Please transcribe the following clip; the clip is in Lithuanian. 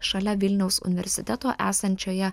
šalia vilniaus universiteto esančioje